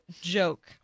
joke